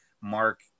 Mark